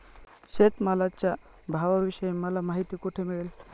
शेतमालाच्या भावाविषयी मला माहिती कोठे मिळेल?